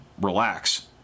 relax